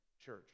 church